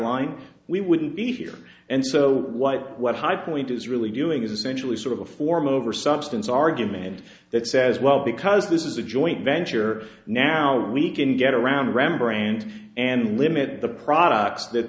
line we wouldn't be here and so what what highpoint is really doing is essentially sort of a form over substance argument that says well because this is a joint venture now we can get around rembrandt and limited the products that